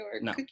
No